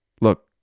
Look